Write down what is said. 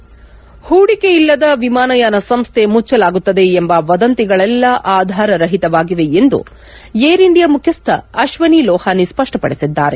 head ಹೂಡಿಕೆಯಿಲ್ಲದ ವಿಮಾನಯಾನ ಸಂಸ್ಥೆ ಮುಚ್ಚಲಾಗುತ್ತದೆ ಎಂಬ ವದಂತಿಗಳೆಲ್ಲಾ ಆಧಾರ ರಹಿತವಾಗಿವೆ ಎಂದು ಏರ್ ಇಂಡಿಯಾ ಮುಖ್ಯಸ್ಥ ಅಶ್ವನಿ ಲೋಹಾನಿ ಸ್ಪಷ್ಟಪಡಿಸಿದ್ದಾರೆ